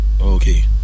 Okay